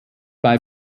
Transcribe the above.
bei